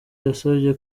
yasabye